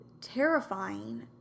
terrifying